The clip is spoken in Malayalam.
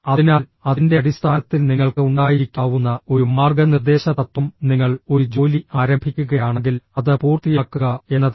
അതിനാൽ അതിന്റെ അടിസ്ഥാനത്തിൽ നിങ്ങൾക്ക് ഉണ്ടായിരിക്കാവുന്ന ഒരു മാർഗ്ഗനിർദ്ദേശ തത്വം നിങ്ങൾ ഒരു ജോലി ആരംഭിക്കുകയാണെങ്കിൽ അത് പൂർത്തിയാക്കുക എന്നതാണ്